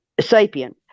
sapien